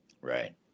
Right